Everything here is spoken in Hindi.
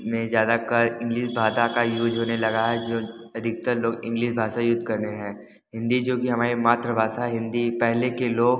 में ज्यादा कर इंग्लिश भाषा का यूज होने लगा है जो अधिकतर लोग इंग्लिश भाषा यूज कर रहे हैं हिंदी जो कि हमारी मातृभाषा हिंदी पहले के लोग